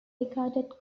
regarded